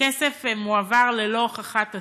הכסף מועבר ללא הוכחת הצורך,